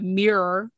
mirror